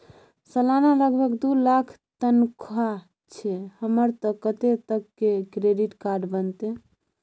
सलाना लगभग दू लाख तनख्वाह छै हमर त कत्ते तक के क्रेडिट कार्ड बनतै?